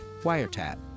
wiretap